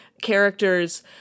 characters